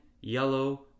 yellow